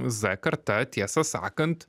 z karta tiesą sakant